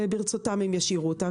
וברצותם הם ישאירו אותה,